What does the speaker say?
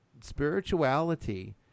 Spirituality